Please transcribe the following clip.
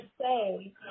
say